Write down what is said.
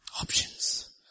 Options